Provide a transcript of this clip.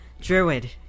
Druid